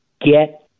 get